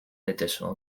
additional